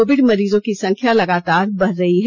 Covid मरीजों की संख्या लगातार बढ़ रही है